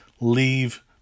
leave